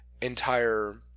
entire